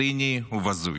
ציני ובזוי.